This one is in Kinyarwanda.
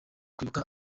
kwibuka